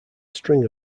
string